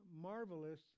marvelous